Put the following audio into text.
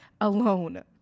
alone